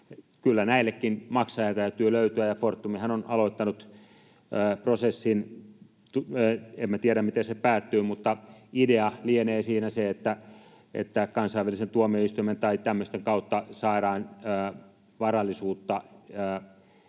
Kyllä näillekin maksaja täytyy löytyä, ja Fortumhan on aloittanut prosessin. Emme tiedä, miten se päättyy, mutta idea lienee siinä se, että kansainvälisen tuomioistuimen tai tämmöisten kautta saadaan varallisuutta yhtiön